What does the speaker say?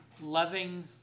loving